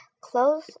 Close